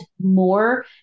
more